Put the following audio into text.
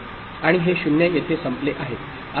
आणि हे 0 येथे संपले आहे